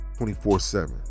24-7